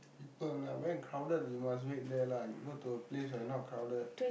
people lah where crowded you must wait there lah you go to a place where not crowded